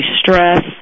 stress